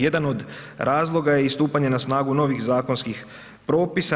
Jedan od razloga je i stupanje na snagu novih zakonskih propisa.